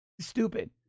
stupid